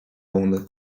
onda